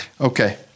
Okay